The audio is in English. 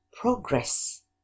progress